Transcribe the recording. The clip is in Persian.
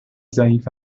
ضعیف